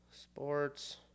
Sports